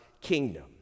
kingdom